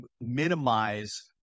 minimize